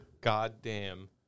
goddamn